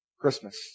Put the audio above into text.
Christmas